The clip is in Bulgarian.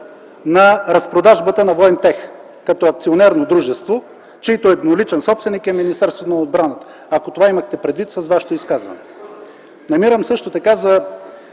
на разпродажбата на „Воинтех” като акционерно дружество, чийто едноличен собственик е Министерството на отбраната. Ако това имахте предвид с Вашето изказване. Намирам също така за